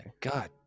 God